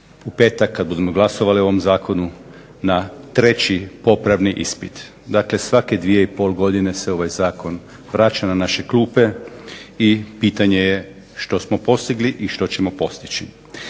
u petak, kad budemo glasovali o ovom zakonu na treći popravni ispit. Dakle svake dvije i pol godine se ovaj zakon vraća na naše klupe, i pitanje je što smo postigli i što ćemo postići.